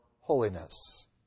holiness